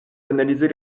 d’analyser